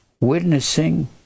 witnessing